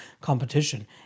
competition